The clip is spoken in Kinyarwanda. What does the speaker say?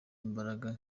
imbaraga